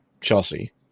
Chelsea